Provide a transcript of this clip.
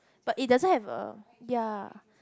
but it doesn't have uh ya